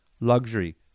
luxury